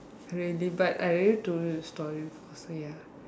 really but I already told you the story before so ya